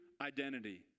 identity